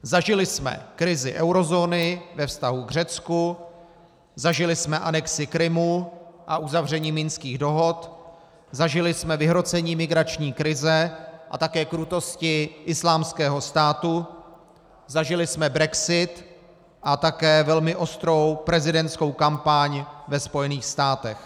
Zažili jsme krizi eurozóny ve vztahu k Řecku, zažili jsme anexi Krymu a uzavření minských dohod, zažili jsme vyhrocení migrační krize a také krutosti Islámského státu, zažili jsme brexit a také velmi ostrou prezidentskou kampaň ve Spojených státech.